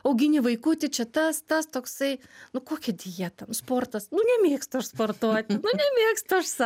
augini vaikutį čia tas tas toksai nu kokia dieta nu sportas nu nemėgstu aš sportuoti nu nemėgstu aš sa